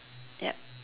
yup